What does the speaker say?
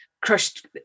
crushed